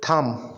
থাম